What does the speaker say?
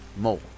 more